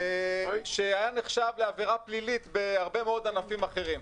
שהיה נחשב לעבירה פלילית בהרבה מאוד ענפים אחרים.